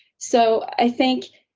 so, i think.